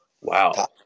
Wow